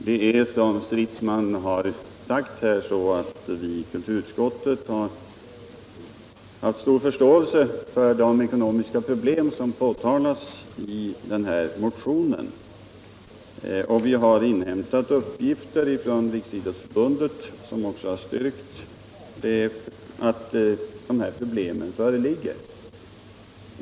Herr talman! Som herr Stridsman sagt har vi i kulturutskottet haft stor förståelse för de ekonomiska problem som påtalas i motionen. Vi har fått uppgifter från Riksidrottsförbundet som också styrkt att de här problemen föreligger.